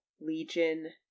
legion